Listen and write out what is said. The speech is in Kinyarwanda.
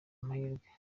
amahirwe